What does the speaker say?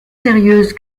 sérieuse